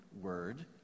word